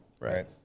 Right